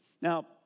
Now